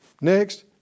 Next